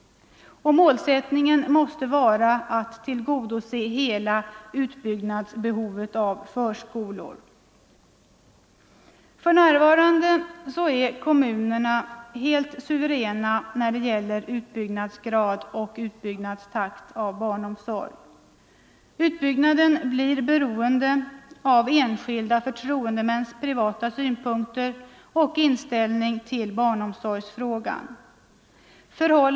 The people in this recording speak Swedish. Målsättningen måste vara att tillgodose hela utbyggnadsbehovet när det gäller förskolor. För närvarande är kommunerna helt suveräna när det gäller utbygg nadsgrad och utbyggnadstakt av barnomsorg. Utbyggnaden blir beroende av enskilda förtroendemäns privata synpunkter och inställning till barnomsorgsfrågan.